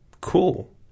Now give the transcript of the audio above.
cool